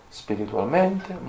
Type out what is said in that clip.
spiritualmente